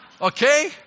okay